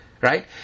right